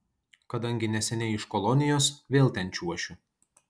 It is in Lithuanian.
kadangi neseniai iš kolonijos vėl ten čiuošiu